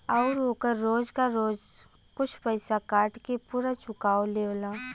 आउर ओकर रोज क रोज कुछ पइसा काट के पुरा चुकाओ लेवला